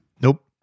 Nope